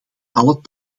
alle